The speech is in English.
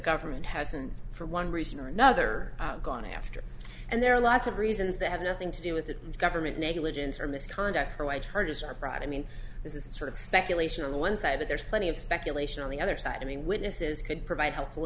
government hasn't for one reason or another gone after and there are lots of reasons that have nothing to do with the government negligence or misconduct or why charges are brought i mean this is sort of speculation on one side but there's plenty of speculation on the other side i mean witnesses could provide helpful